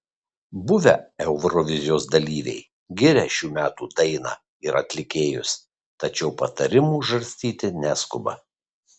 buvę eurovizijos dalyviai giria šių metų dainą ir atlikėjus tačiau patarimų žarstyti neskuba